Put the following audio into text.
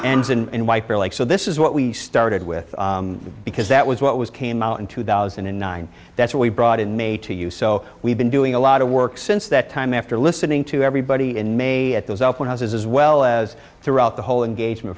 and so this is what we started with because that was what was came out in two thousand and nine that's what we brought in may to you so we've been doing a lot of work since that time after listening to everybody in may at those open houses as well as throughout the whole engagement